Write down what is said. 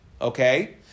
okay